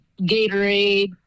Gatorade